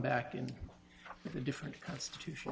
back in a different constitutional